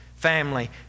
family